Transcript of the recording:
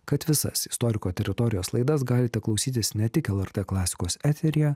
kad visas istoriko teritorijos laidas galite klausytis ne tik lrt klasikos eteryje